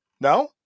No